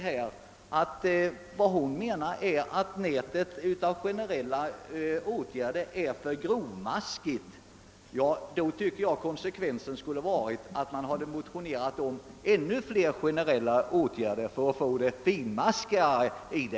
Fröken Ljungberg säger att nätet av generella åtgärder är alltför grovmaskigt. Då tycker jag konsekvensen borde vara att hon motionerar om ännu fler generella åtgärder för att få nätet finmaskigare.